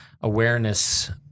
awareness